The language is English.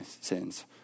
sins